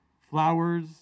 flowers